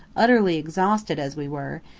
utterly exhausted as we were,